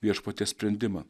viešpaties sprendimą